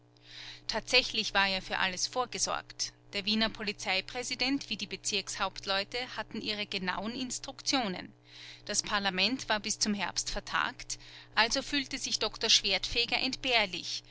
tatsächlich war ja für alles vorgesorgt der wiener polizeipräsident wie die bezirkshauptleute hatten ihre genauen instruktionen das parlament war bis zum herbst vertagt also fühlte sich doktor schwertfeger entbehrlich